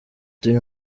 turi